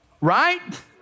Right